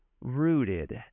rooted